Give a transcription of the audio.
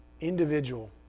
individual